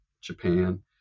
Japan